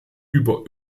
über